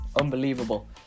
unbelievable